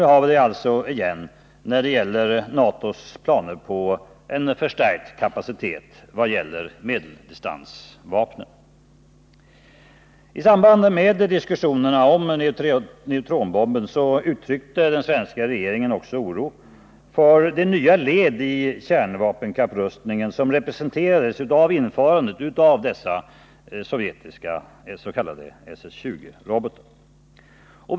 Nu har vi åter en debatt om NATO:s planer på en förstärkning av kapaciteten när det gäller medeldistansvapnen. I samband med diskussionen om neutronbomben uttryckte den svenska regeringen oro för det nya led i kärnvapenkapprustningen, som det sovjetiska införandet av de s.k. SS-20-robotarna innebar.